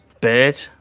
bird